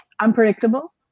unpredictable